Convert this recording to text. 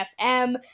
FM